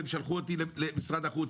הם שלחו אותי למשרד החוץ.